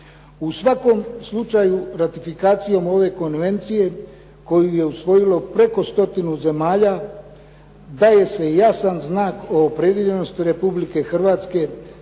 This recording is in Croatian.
U svakom slučaju ratifikacijom ove konvencije koju je usvojilo preko stotinu zemalja daje se jasan znak o opredijeljenosti Republike Hrvatske